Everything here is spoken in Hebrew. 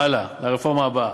הלאה, לרפורמה הבאה.